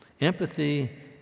Empathy